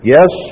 Yes